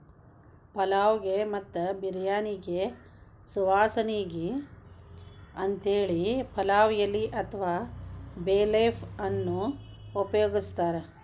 ಪಲಾವ್ ಗೆ ಮತ್ತ ಬಿರ್ಯಾನಿಗೆ ಸುವಾಸನಿಗೆ ಅಂತೇಳಿ ಪಲಾವ್ ಎಲಿ ಅತ್ವಾ ಬೇ ಲೇಫ್ ಅನ್ನ ಉಪಯೋಗಸ್ತಾರ